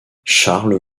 charles